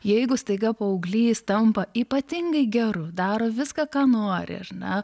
jeigu staiga paauglys tampa ypatingai geru daro viską ką nori ar na